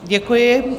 Děkuji.